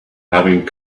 having